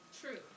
True